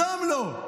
גם לא.